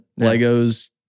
Legos